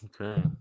Okay